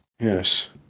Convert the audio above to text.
Yes